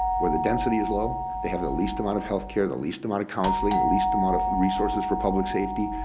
where the density is low, they have at least amount of healthcare, the least amount of counseling, the least amount of resources for public safety.